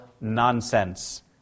Nonsense